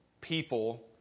people